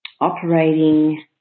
operating